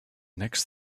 next